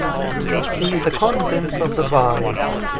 me see the of the bytes.